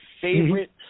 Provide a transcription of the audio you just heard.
favorite